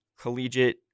collegiate